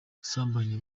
gusambanya